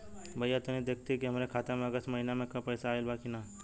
भईया तनि देखती की हमरे खाता मे अगस्त महीना में क पैसा आईल बा की ना?